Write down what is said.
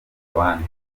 abandi